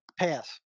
pass